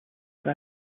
that